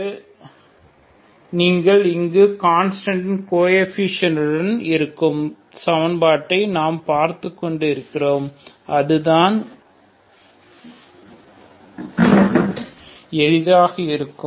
எனவே நீங்கள் இங்கு கன்ஸ்டான்டின் கோயேபிஷியன்டுடன் இருக்கும் சமன்பாட்டை நாம் பார்த்துக்கொண்டு இருக்கிறோம் அதுதான் எளிதாக இருக்கும்